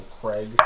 Craig